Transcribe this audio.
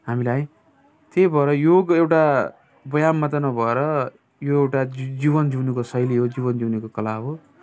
हामीलाई त्यही भएर योग एउटा व्यायाम मात्र नभएर यो एउटा जी जीवन जिउनुको शैली हो जीवन जिउनुको कला हो